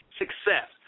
success